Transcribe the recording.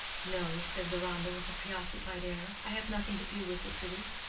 no, said deronda, with a preoccupied air, i have nothing to do with the city.